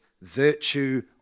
virtue